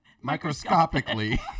microscopically